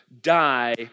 die